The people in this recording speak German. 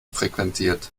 frequentiert